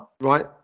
right